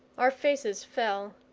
our faces fell.